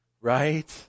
Right